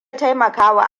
taimakawa